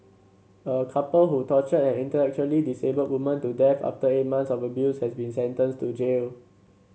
a couple who tortured an intellectually disabled woman to death after eight months of abuse has been sentenced to jail